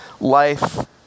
life